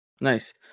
Nice